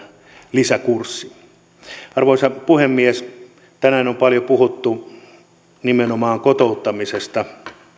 lisäkurssi arvoisa puhemies tänään on paljon puhuttu nimenomaan kotouttamisesta